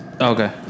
Okay